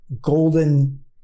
golden